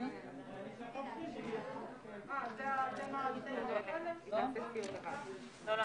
הישיבה ננעלה בשעה 14:35.